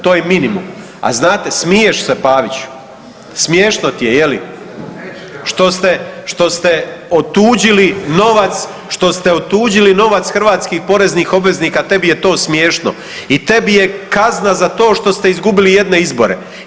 To je minimum, a znate, smiješ se, Paviću, smiješno ti je, je li, što ste otuđili novac, što ste otuđili novac hrvatskih poreznih obveznika, tebi je to smiješno i tebi je kazna za to što ste izgubili jedne izbore.